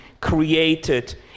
created